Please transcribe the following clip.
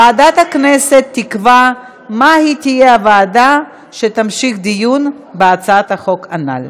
ועדת הכנסת תקבע איזו ועדה תמשיך את הדיון בהצעת החוק הנ"ל.